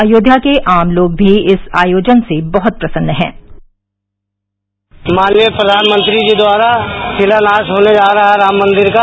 अयोध्या के आम लोग भी इस आयोजन से बहत प्रसन्न हैं माननीय प्रधानमंत्री जी द्वारा शिलान्यास होर्ने जा रहा है राम मंदिर का